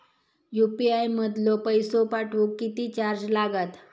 UPI मधलो पैसो पाठवुक किती चार्ज लागात?